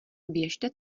běžte